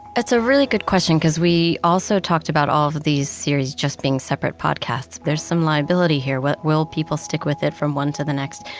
that's a really good question because we also talked about all of these series just being separate podcasts. there's some liability here. will people stick with it from one to the next?